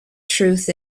truth